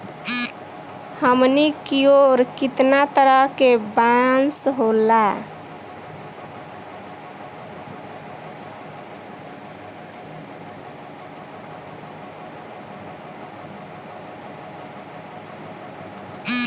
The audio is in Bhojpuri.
हमनी कियोर कितना तरह के बांस होला